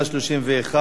131),